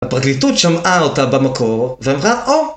הפרקליטות שמעה אותה במקור, ואמרה או!